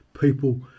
people